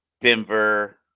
Denver